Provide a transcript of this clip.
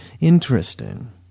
interesting